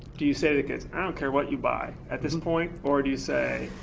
do you say to kids, i don't care what you buy at this point, or do you say,